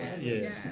yes